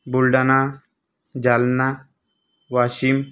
Buldhana Jalna Washim